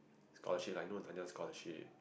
scholarship like know scholarship